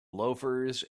loafers